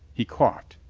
he coughed.